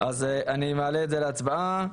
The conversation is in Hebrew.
אז אני מעלה להצבעה.